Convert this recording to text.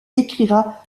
écrira